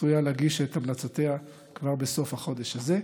צפויה להגיש את המלצותיה כבר בסוף החודש הזה.